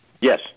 yes